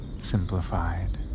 simplified